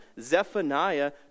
Zephaniah